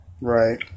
Right